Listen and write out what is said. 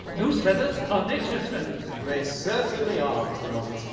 goose feathers are nature's feathers! they certainly are, mr noggins.